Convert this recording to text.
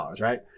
right